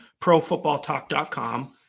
profootballtalk.com